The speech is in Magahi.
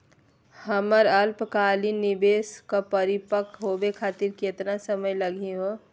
हमर अल्पकालिक निवेस क परिपक्व होवे खातिर केतना समय लगही हो?